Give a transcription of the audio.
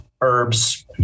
herbs